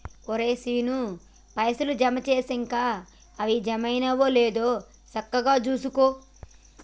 ఒరే శీనూ, పైసలు జమ జేసినంక అవి జమైనయో లేదో సక్కగ జూసుకో